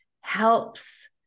helps